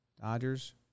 Dodgers